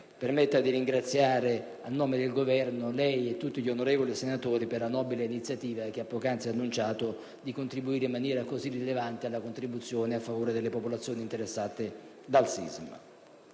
permetta di ringraziare a nome del Governo lei e tutti gli onorevoli senatori per la nobile iniziativa, che ha poc'anzi annunciato, di contribuire in maniera così rilevante a favore delle popolazioni interessate dal sisma.